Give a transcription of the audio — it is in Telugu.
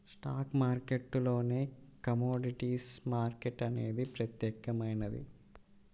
స్టాక్ మార్కెట్టులోనే కమోడిటీస్ మార్కెట్ అనేది ప్రత్యేకమైనది